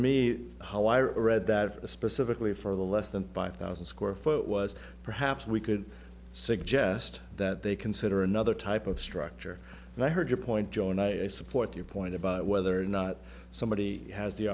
i read that specifically for the less than five thousand square foot was perhaps we could suggest that they consider another type of structure and i heard your point joe and i support your point about whether or not somebody has the